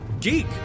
geek